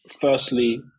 firstly